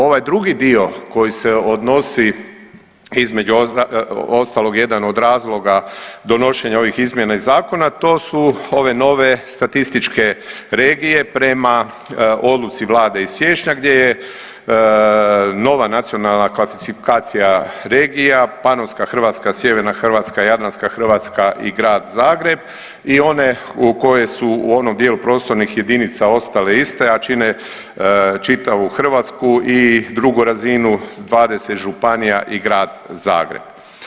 Ovaj drugi dio koji se odnosi između ostalog jedan od razloga donošenja ovih izmjena i zakona to su ove nove statističke regije prema odluci vlade iz siječnja gdje je nova nacionalna klasifikacija regija Panonska Hrvatska, Sjeverna Hrvatska, Jadranska Hrvatska i Grad Zagreb i one koje su u onim dijelu prostornih jedinica ostale iste, a čine čitavu Hrvatsku i drugu razinu 20 županija i Grad Zagreb.